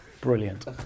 Brilliant